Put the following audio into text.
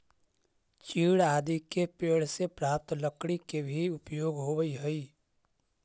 चीड़ आदि के पेड़ से प्राप्त लकड़ी के भी उपयोग होवऽ हई